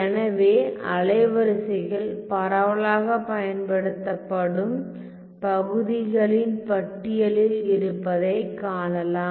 எனவே அலைவரிசைகள் பரவலாகப் பயன்படுத்தப்படும் பகுதிகளின் பட்டியலில் இருப்பதைக் காணலாம்